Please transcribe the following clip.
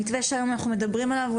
המתווה שהיום אנחנו מדברים עליו הוא